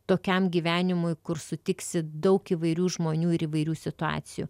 tokiam gyvenimui kur sutiksi daug įvairių žmonių ir įvairių situacijų